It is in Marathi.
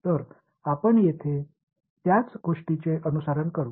तर आपण येथे त्याच गोष्टीचे अनुसरण करू